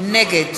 נגד